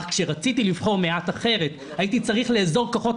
אך כשרציתי לבחור מעט אחרת הייתי צריך לאזור כוחות